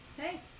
Hey